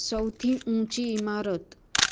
સૌથી ઊંચી ઇમારત